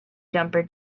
jumper